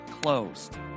closed